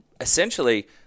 essentially